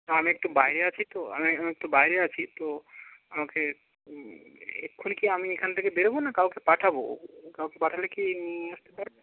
হ্যাঁ আমি একটু বাইরে আছি তো আমি আমি একটু বাইরে আছি তো আমাকে এক্ষুনি কি আমি এখান থেকে বেরোবো না কাউকে পাঠাবো ও ও কাউকে পাঠালে কি নিয়ে আসতে পারবে